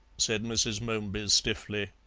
said mrs. momeby stiffly.